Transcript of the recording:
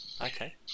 Okay